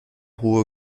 hohe